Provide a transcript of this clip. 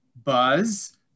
buzz